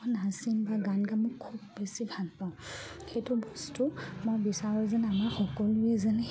নাচিম বা গান গাম মই খুব বেছি ভাল পাওঁ সেইটো বস্তু মই বিচাৰোঁ যেন আমাৰ সকলোৱে যেন